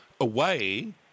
away